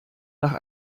nach